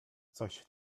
coś